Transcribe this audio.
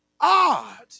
odd